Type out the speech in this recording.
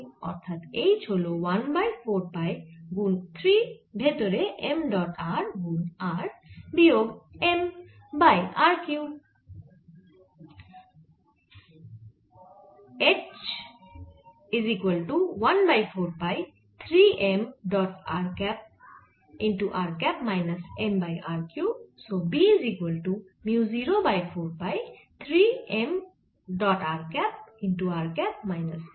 অর্থাৎ H হল 1 by 4 পাই গুন 3 ভেতরে m ডট r গুন r বিয়োগ m বাই r কিউব